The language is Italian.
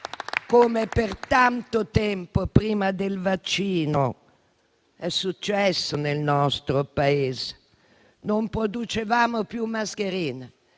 come per tanto tempo prima del vaccino è successo nel nostro Paese. Non producevamo più mascherine,